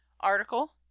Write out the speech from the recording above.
Article